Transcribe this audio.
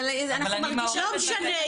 אבל אנחנו מרגישות --- לא משנה,